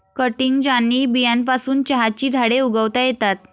cuttings आणि बियांपासून चहाची झाडे उगवता येतात